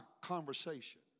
conversation